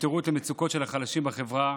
שיפתרו את המצוקות של החלשים בחברה,